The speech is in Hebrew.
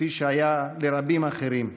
כפי שהיה לרבים אחרים.